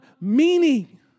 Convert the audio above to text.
meaning